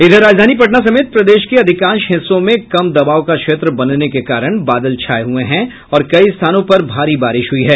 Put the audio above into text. इधर राजधानी पटना समेत प्रदेश के अधिकांश हिस्सों में कम दबाव का क्षेत्र बनने के कारण बादल छाये हुए हैं और कई स्थानों पर भारी बारिश हुई है